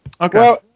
Okay